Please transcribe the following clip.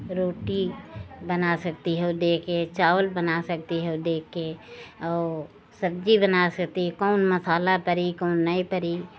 रोटी बना सकती हो देख कर चावल बना सकती हो देख कर और सब्जी बना सकती हो कौन मसाला परी कौन नहीं परी